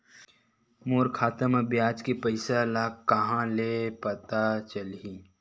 मोर खाता म ब्याज के पईसा ह कहां ले पता चलही?